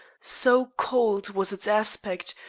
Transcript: so cold was its aspect,